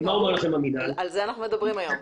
על זה אנחנו מדברים היום.